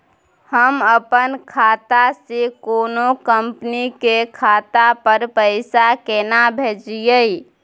हम अपन खाता से कोनो कंपनी के खाता पर पैसा केना भेजिए?